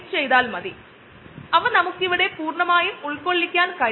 അതിനാൽ ഇതിന്റെ ഒകെ അവസാനം നമുക്ക് ശുദ്ധമായ ഉൽപനം കിട്ടുന്നു